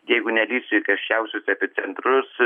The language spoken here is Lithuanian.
jeigu nelįsi į karščiausius epicentrus